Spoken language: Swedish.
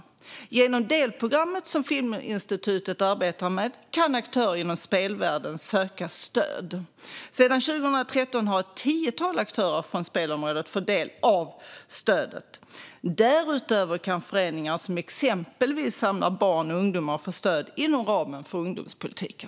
Genom det delprogram som Filminstitutet arbetar med kan aktörer inom spelvärlden söka stöd. Sedan 2013 har ett tiotal aktörer från spelområdet fått del av stödet. Därutöver kan föreningar som exempelvis samlar barn och ungdomar få stöd inom ramen för ungdomspolitiken.